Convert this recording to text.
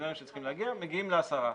פונקציונרים שצריכים להגיע, ומגיעים לעשרה.